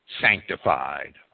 sanctified